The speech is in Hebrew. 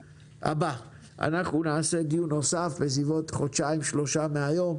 אנחנו נקיים דיון נוסף בעוד כחודשיים-שלושה מהיום,